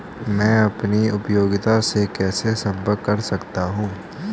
मैं अपनी उपयोगिता से कैसे संपर्क कर सकता हूँ?